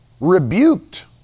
rebuked